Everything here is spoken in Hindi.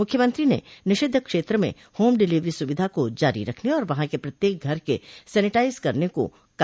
मुख्यमंत्री ने निषिद्ध क्षेत्र में होम डिलीवरो सुविधा को जारी रखने और वहां के प्रत्येक घर के सेनिटाइज करने को कहा